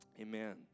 Amen